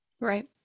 Right